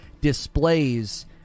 displays